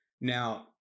Now